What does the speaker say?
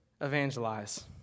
evangelize